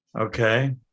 Okay